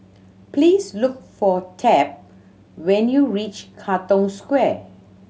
please look for Tab when you reach Katong Square